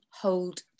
hold